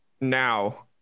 now